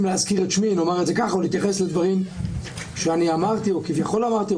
להזכיר את שמי ולהתייחס לדברים שאני אמרתי או כביכול אמרתי,